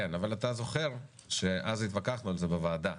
אבל אתה זוכר שאז התווכחנו על זה בוועדה